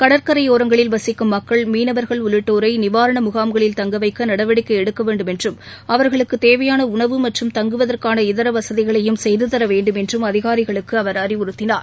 கடற்கரையோரங்களில் வசிக்கும் மக்கள் மீனவர்கள் உள்ளிட்டோரைநிவாரணமுகாம்களில் தங்கவைக்கநடவடிக்கைஎடுக்கவேண்டும் என்றும் அவர்களுக்குதேவையானஉணவு மற்றம் தங்குவதற்கான இதரவசதிகளையும் செய்துதரவேண்டும் என்றும் அதிகாரிகளுக்குஅவர் அறிவுறுத்தினார்